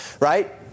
right